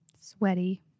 Sweaty